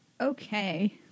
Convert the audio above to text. Okay